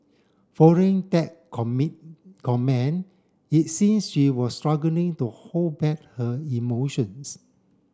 following that comment it seem she was struggling to hold back her emotions